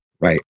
Right